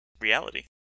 reality